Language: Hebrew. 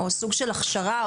או סוג של הכשרה,